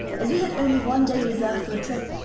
as we had only one day reserved for a trip,